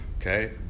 okay